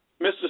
Mr